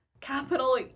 capital